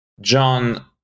John